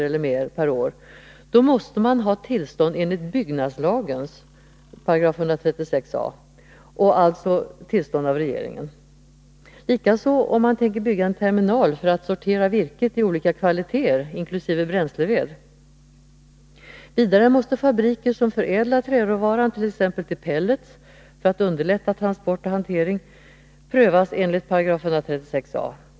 eller mer per år, måste de ha tillstånd enligt byggnadslagens 136 a § och alltså tillstånd av regeringen. Likaså om man tänker bygga en terminal för att sortera virket i olika kvaliteter, inkl. bränsleved. Vidare måste fabriker som förädlar träråvaran t.ex. till pellets, för att underlätta transport och hantering, prövas enligt 136 a § byggnadslagen.